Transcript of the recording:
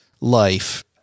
life